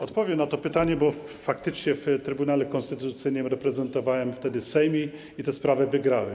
Odpowiem na to pytanie, bo faktycznie w Trybunale Konstytucyjnym reprezentowałem wtedy Sejm i tę sprawę wygrałem.